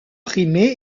primé